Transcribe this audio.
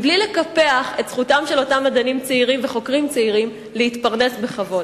בלי לקפח את זכותם של אותם מדענים צעירים וחוקרים צעירים להתפרנס בכבוד.